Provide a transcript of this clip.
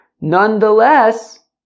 Nonetheless